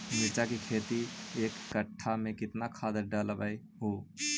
मिरचा के खेती मे एक कटा मे कितना खाद ढालबय हू?